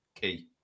Key